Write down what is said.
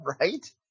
Right